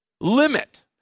limit